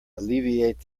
alleviate